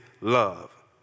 love